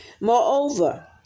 Moreover